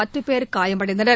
பத்து பேர் காயமடைந்தனர்